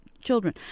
children